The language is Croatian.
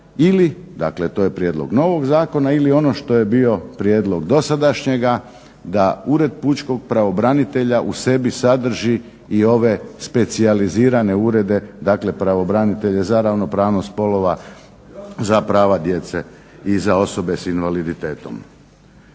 ili to je prijedlog novog zakona, ili ono što je bio prijedlog dosadašnjega da ured pučkog pravobranitelja u sebi sadrži i ove specijalizirane urede, dakle pravobranitelje za ravnopravnost spolova, za prava djece i za osobe s invaliditetom.